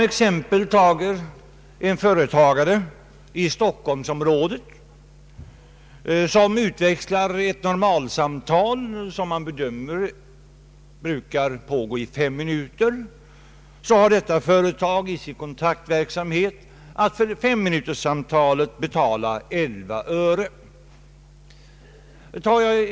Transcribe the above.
En företagare i Stockholmsområdet som i sin kontaktverksamhet utväxlar ett normalsamtal, vilket brukar pågå i fem minuter, har att för detta femminuterssamtal betala 11 öre.